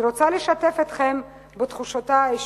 אני רוצה לשתף אתכם בתחושותי האישיות.